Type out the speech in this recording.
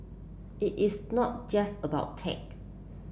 it is not just about tech